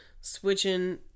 switching